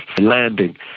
landing